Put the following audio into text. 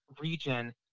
region